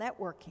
networking